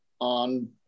on